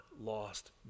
lost